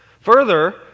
Further